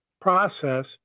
process